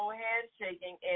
handshaking